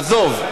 עזוב.